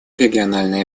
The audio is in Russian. региональные